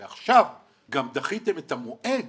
ועכשיו, גם דחיתם את המועד